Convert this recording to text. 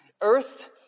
Earth